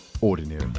ordinary